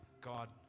God